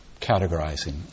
categorizing